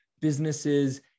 businesses